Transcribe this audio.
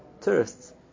tourists